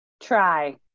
try